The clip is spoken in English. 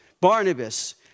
Barnabas